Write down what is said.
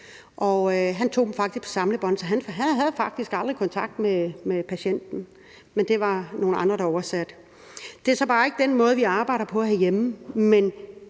han opererede hjerter på samlebånd, så han havde faktisk aldrig kontakt med patienterne – det var nogle andre, der oversatte, hvad han sagde. Det er så bare ikke den måde, vi arbejder på herhjemme. Men